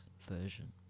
version